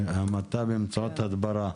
המתה באמצעות הדברה.